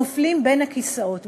נופלים בין הכיסאות.